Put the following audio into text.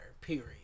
period